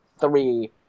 three